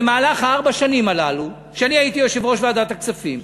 בארבע השנים האלה שאני הייתי יושב-ראש ועדת הכספים,